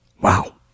Wow